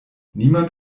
niemand